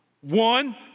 One